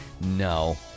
no